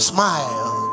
Smile